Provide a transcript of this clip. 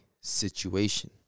situation